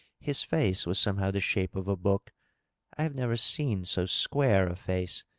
his face was somehow the shape of a book i have never seen so square a face,